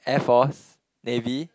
Air Force Navy